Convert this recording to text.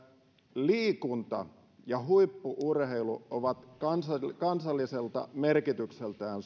liikunta ja huippu urheilu ovat kansalliselta merkitykseltään